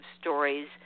stories